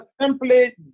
simply